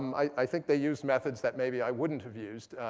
um i think they used methods that maybe i wouldn't have used.